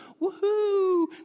Woohoo